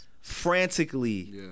frantically